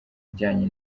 ibijyanye